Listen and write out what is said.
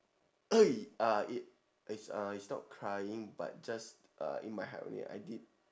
eh ah it it's uh it's not crying but just uh in my heart already I did